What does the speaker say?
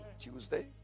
Tuesday